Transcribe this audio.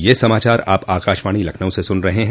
ब्रे क यह समाचार आप आकाशवाणी लखनऊ से सुन रहे हैं